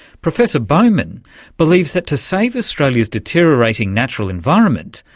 professor bowman believes that to save australia's deteriorating natural environment,